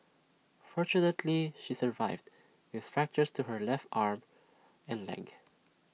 fortunately she survived with fractures to her left arm and leg